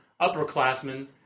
upperclassmen